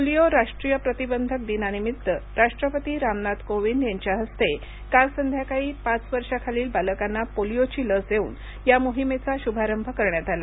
polio राष्ट्रीय प्रतिबंधक दिनानिमित्त राष्ट्रपती रामनाथ कोविंद यांच्या हस्ते काल संध्याकाळी पाच वर्षाखालील बालकांना पोलिओची लस देऊन या मोहिमेचा शुभारंभ करण्यात आला